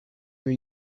were